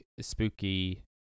spooky